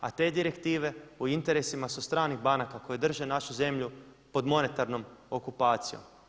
A te direktive u interesima su stranih banaka koje drže našu zemlju pod monetarnom okupacijom.